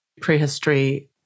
prehistory